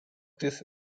these